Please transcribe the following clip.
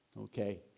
okay